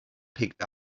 picked